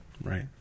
Right